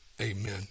amen